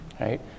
right